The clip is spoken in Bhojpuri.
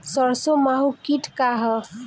सरसो माहु किट का ह?